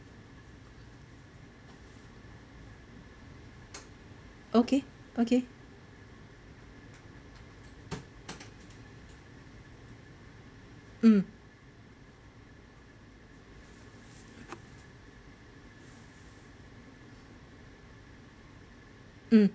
okay okay um um